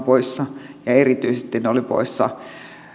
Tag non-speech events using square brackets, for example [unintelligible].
[unintelligible] poissa erityisesti ne olivat poissa